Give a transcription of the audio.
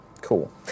Cool